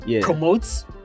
promotes